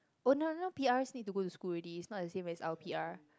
oh now now P_R needs to go to school already it's not the same as our P_R